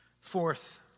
Fourth